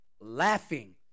laughing